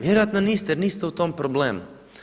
Vjerojatno niste jer niste u tom problemu.